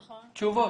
נקבל תשובות.